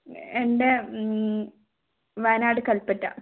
എന്റെ വയനാട് കല്പറ്റ